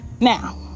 Now